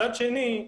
מצד שני,